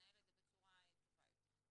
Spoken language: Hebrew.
לנהל את זה בצורה טובה יותר.